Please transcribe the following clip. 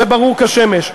זה ברור כשמש.